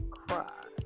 cry